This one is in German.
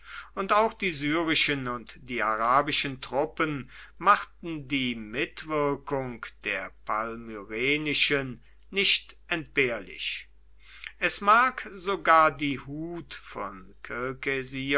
und auch die syrischen und die arabischen truppen machten die mitwirkung der palmyrenischen nicht entbehrlich es mag sogar die hut von